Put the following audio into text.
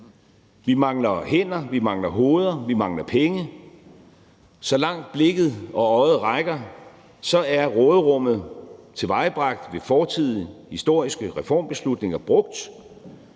Vi mangler hænder. Vi mangler hoveder. Vi mangler penge. Så langt øjet rækker, er råderummet, tilvejebragt ved fortidige, historiske reformbeslutninger, brugt